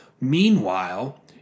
Meanwhile